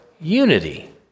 unity